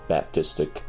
Baptistic